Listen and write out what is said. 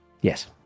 Yes